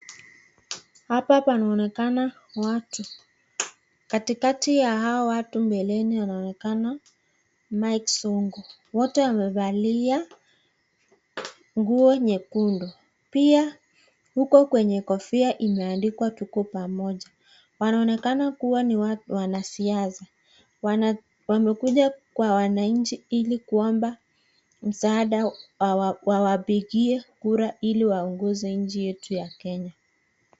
Hapa panaonekana watu, katikati ya hawa watu mbeleni anaonekana Mike Sonko, wote wamevalia nguo nyekundu pia huko kwenye kofia imeandikwa tuko pamoja, wanaoneka kuwa ni wanasiasa wamekuja kwa wananchi ili kuomba msaada wawapigie kura ili waongoze nchi yetu ya Kenya.